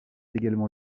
également